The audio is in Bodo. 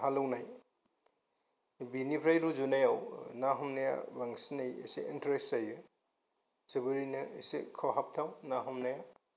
बा हालौनाय बिनिफ्राय रुजुनायाव ना हमनाया बांसिनै एसे इन्टारेस्त जायो जोबोरैनो एसे खहाबथाव ना हमनाया